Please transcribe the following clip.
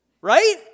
Right